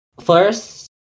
first